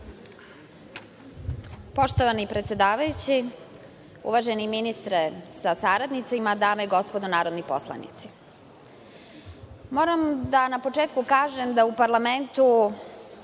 Poštovani predsedavajući, uvaženi ministre sa saradnicima, dame i gospodo narodni poslanici, moram da na početku kažem da u parlamentu